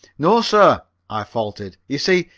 no, sir, i faltered you see,